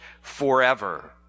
forever